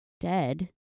dead